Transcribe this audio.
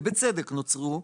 ובצדק נוצרו,